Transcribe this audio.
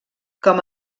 com